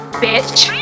bitch